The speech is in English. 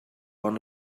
one